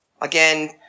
again